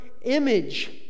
image